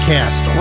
Cast